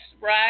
right